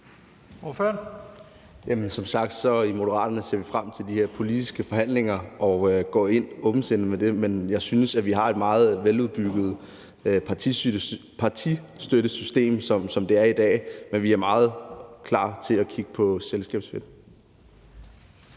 Fonseca (M): Som sagt ser vi i Moderaterne frem til de her politiske forhandlinger og går ind i dem med et åbent sind. Jeg synes, at vi har et meget veludbygget partistøttesystem, som det er i dag, men vi er meget klar til at kigge på selskabsfinten.